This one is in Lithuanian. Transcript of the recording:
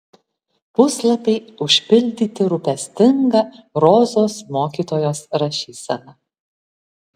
puslapiai užpildyti rūpestinga rozos mokytojos rašysena